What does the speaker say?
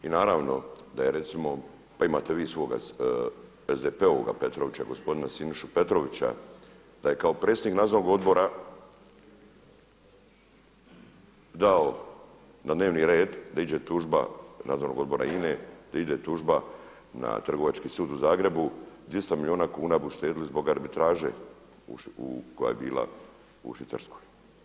I naravno da je recimo, pa imate vi svoga SDP-ovoga Petrovića, gospodina Sinišu Petrovića, da je kao predsjednik nadzornog odbora dao na dnevni red da ide tužba nadzornog odbora INA-e da ide tužba na trgovački sud u Zagrebu, 200 milijuna kuna bi uštedjeli zbog arbitraže koje je bila u Švicarskoj.